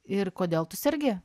ir kodėl tu sergi